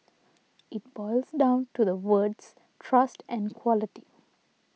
it boils down to the words trust and quality